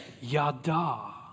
yada